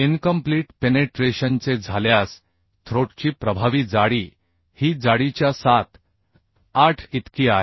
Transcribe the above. incomplete penetration झाल्यास throat ची प्रभावी जाडी ही जाडीच्या 78 इतकी आहे